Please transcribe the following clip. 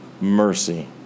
mercy